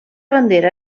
bandera